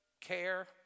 care